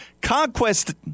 Conquest